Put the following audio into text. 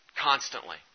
constantly